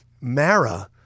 Mara